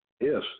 Yes